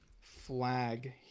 flag